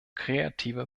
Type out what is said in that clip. kreative